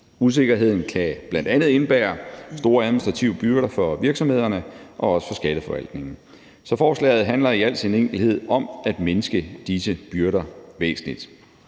Usikkerheden kan bl.a. indebære store administrative byrder for virksomhederne og også for skatteforvaltningen. Så forslaget handler i al sin enkelhed om at mindske disse byrder væsentligt.